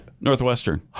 Northwestern